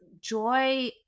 joy